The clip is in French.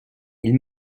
ils